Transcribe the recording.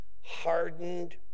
hardened